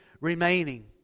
remaining